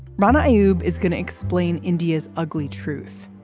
rana ayoob is going to explain india's ugly truth.